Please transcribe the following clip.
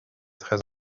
très